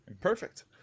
Perfect